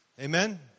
Amen